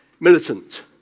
militant